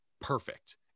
perfect